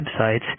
websites